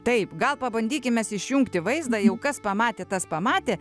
taip gal pabandykim mes išjungti vaizdą jau kas pamatė tas pamatė